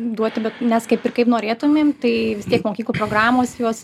duoti bet nes kaip ir kaip norėtumėm tai vis tiek mokyklų programos juos